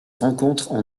rencontrent